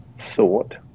thought